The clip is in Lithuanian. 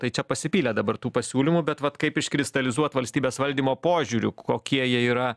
tai čia pasipylė dabar tų pasiūlymų bet vat kaip iškristalizuot valstybės valdymo požiūriu kokie jie yra